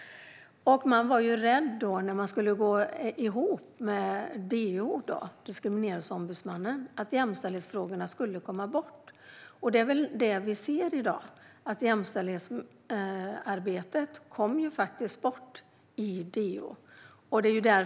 När myndigheten skulle slås ihop med Diskrimineringsombudsmannen var man rädd för att jämställdhetsfrågorna skulle komma bort. Vi ser i dag att jämställdhetsarbetet kom bort i DO.